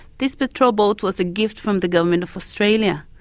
this patrol boat was a gift from the government of australia.